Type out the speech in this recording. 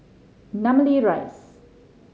Namly Rise